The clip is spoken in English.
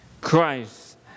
Christ